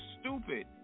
stupid